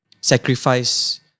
sacrifice